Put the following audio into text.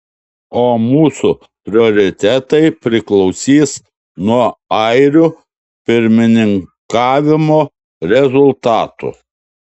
o mūsų prioritetai priklausys nuo airių pirmininkavimo rezultatų